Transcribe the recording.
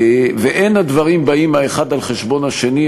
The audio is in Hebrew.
אין הדברים באים האחד על חשבון של השני.